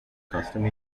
customer